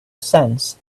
cents